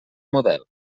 model